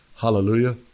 hallelujah